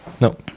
No